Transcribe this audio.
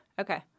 Okay